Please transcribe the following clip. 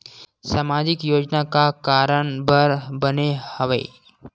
सामाजिक योजना का कारण बर बने हवे?